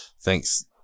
thanks